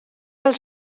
els